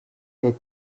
est